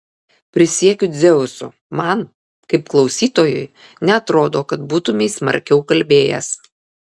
prisiekiu dzeusu man kaip klausytojui neatrodo kad būtumei smarkiau kalbėjęs